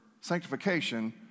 sanctification